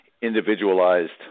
individualized